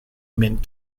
meant